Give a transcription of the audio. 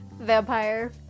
vampire